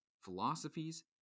philosophies